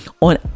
on